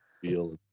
feel